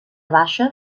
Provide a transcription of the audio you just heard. baixa